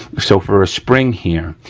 so, for a spring here,